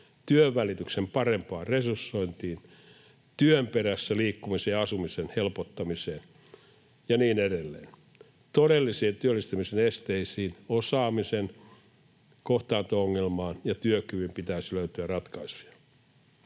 työnvälityksen parempaan resursointiin, työn perässä liikkumisen ja asumisen helpottamiseen ja niin edelleen. Todellisiin työllistymisen esteisiin, osaamisen kohtaanto-ongelmaan ja työkykyyn pitäisi löytää ratkaisuja.